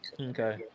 Okay